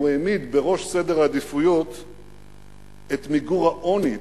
הוא העמיד בראש סדר העדיפויות את מיגור העוני,